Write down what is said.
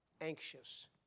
anxious